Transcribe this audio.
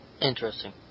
interesting